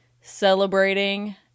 celebrating